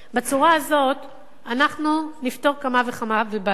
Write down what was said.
בצורה הזאת אנחנו נפתור כמה וכמה בעיות.